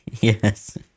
Yes